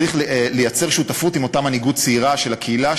צריך לייצר שותפות עם אותה מנהיגות צעירה של הקהילה,